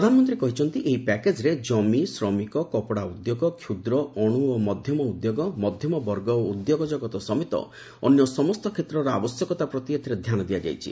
ପ୍ରଧାନମନ୍ତ୍ରୀ କହିଛନ୍ତି ଏହି ପ୍ୟାକେଜ୍ରେ ଜମି ଶ୍ରମିକ କପଡ଼ା ଉଦ୍ୟୋଗ କ୍ଷୁଦ୍ର ଅଣୁ ଓ ମଧ୍ୟମ ଉଦ୍ୟୋଗ ମଧ୍ୟମବର୍ଗ ଓ ଉଦ୍ୟୋଗ ଜଗତ ସମେତ ଅନ୍ୟ ସମସ୍ତ କ୍ଷେତ୍ରର ଆବଶ୍ୟକତା ପ୍ରତି ଏଥିରେ ଧ୍ୟାନ ଦିଆଯାଇଛି